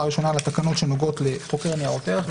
ראשונה על התקנות שנוגעות לחוק לניירות ערך,